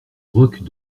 roque